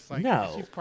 No